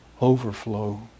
overflow